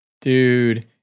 Dude